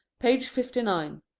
page fifty-nine.